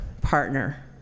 partner